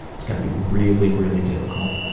it's going to be really really difficult.